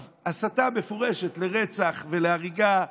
אז הסתה מפורשת לרצח ולהריגה.